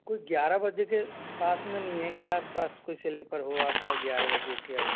कोई ग्यारह बजे के पास में नहीं है क्या आसपास कोई सलीपर हो आपका ग्यारह बजे के आस